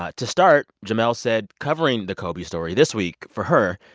ah to start, jemele said covering the kobe story this week for her,